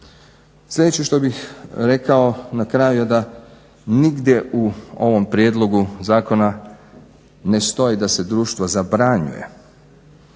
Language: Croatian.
Sljedeće što bih rekao na kraju da nigdje u ovom prijedlogu zakona ne stoji da se društvo zabranjuje,